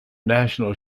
national